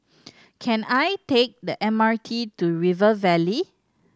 can I take the M R T to River Valley